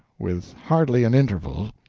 with hardly an interval,